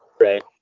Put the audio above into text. Right